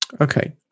Okay